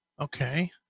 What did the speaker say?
Okay